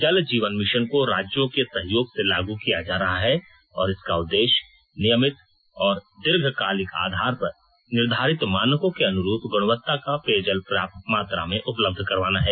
जल जीवन मिशन को राज्यों के सहयोग से लागू किया जा रहा है और इसका उद्देश्य नियमित और दीर्घकालिक आधार पर निर्धारित मानकों के अनुरूप गुणवत्ता का पेयजल पर्याप्त मात्र में उपलब्ध करवाना है